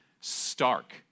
stark